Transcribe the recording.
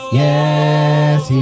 yes